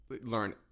learn